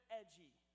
edgy